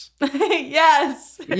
yes